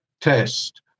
test